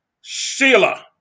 Sheila